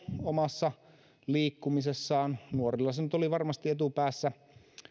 omassa liikkumisessaan nuorilla se nyt oli varmasti etupäässä